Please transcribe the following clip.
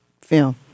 film